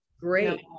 Great